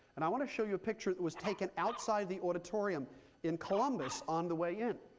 and i want to show you a picture that was taken outside the auditorium in columbus on the way in.